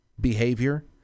behavior